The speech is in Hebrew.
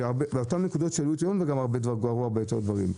באותן נקודות שעלו לדיון וגם הרבה יותר גרוע בהרבה דברים.